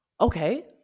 okay